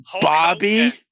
Bobby